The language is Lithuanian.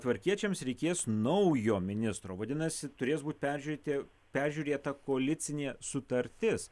tvarkiečiams reikės naujo ministro vadinasi turės būt peržiūrėti peržiūrėta koalicinė sutartis